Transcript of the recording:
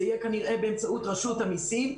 זה כנראה יהיה באמצעות רשות המיסים,